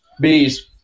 Bees